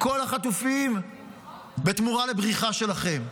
כל החטופים בתמורה לבריחה שלכם.